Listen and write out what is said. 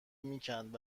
میکند